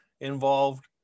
involved